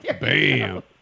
Bam